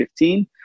2015